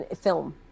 film